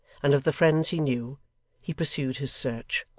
and of the friends he knew he pursued his search.